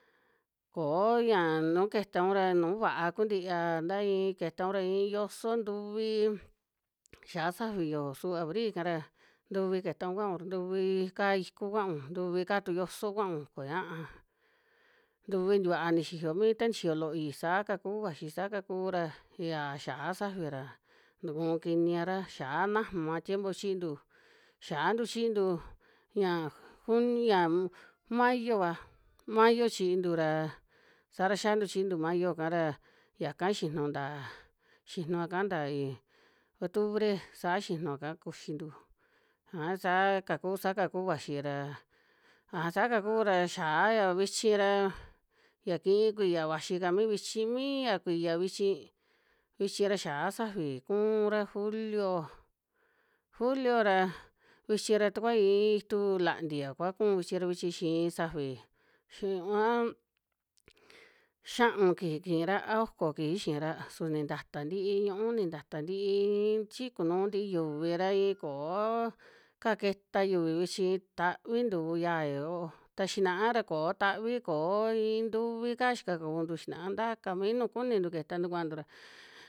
Koo ña nuu ketaun ra nuu vaa ku ntia, nta iin ketaun ra yoso ntuvi xiaa safi yojo su abri'ka ra, ntuvi ketaun kuaun ra ntuvi kaa iku kuaun, ntuvi kaa tu yoso kuaun, koñaa, ntuvi tikuaa nixiyo mi ta nixiyo looi, saa ka kuu vaxi, saa ka kuu ra yiya xia safi ra nukuu kiniara, xiaa najma tiempo chiintu xiantu chiintu ña nuj ña mayova, mayo chiintu ra saa ra xiantu chiintu mayo'ka ra, yaka xinu ntaa, xinua'ka ntaa octubre saa xinua'ka kuxintu, aja saa ka kuu, saa ka kuu vaxi ra, aja saa ka kuu ra xiaya vichi ra, ya kii kuiya vaxi'ka mi vichi mii ya kuiya vichi, vichi ra xia safi kuunra julio, julio ra vichi ra takua ii itu lantia kua kuun vichi ra vichi xii safi xiun a xia'un kiji kiira a oko kifi xi iinra, su ni ntata ntii ñu'ú, ni ntata ntii iin chi kunuu ntii yuvi ra inkoo ka keta yuvi vichi tavi ntuu yaa ya yo'o, ta xinaa ra koo tavi, koo in ntuvi kaa xikakuntu xinaa nta ka mii nu kunintu ketantu kuantu ra.